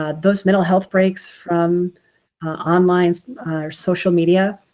ah those mental health breaks from online social media,